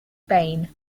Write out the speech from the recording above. bain